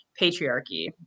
patriarchy